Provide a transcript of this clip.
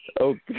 Okay